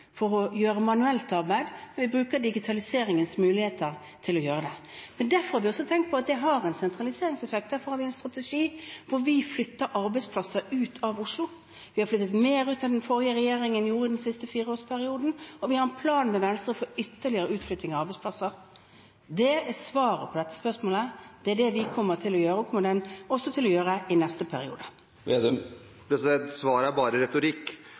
for å gjøre manuelt arbeid, men vi bruker digitaliseringens muligheter til å gjøre det. Men derfor har vi også tenkt på at det har en sentraliseringseffekt. Derfor har vi en strategi der vi flytter arbeidsplasser ut av Oslo. Vi har flyttet mer ut nå, i den siste fireårsperioden, enn det den forrige regjeringen gjorde, og vi har en plan med Venstre for ytterligere utflytting av arbeidsplasser. Det er svaret på dette spørsmålet. Det er det vi kommer til å gjøre, og som vi også kommer til å gjøre i neste periode. Svaret er bare retorikk,